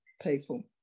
people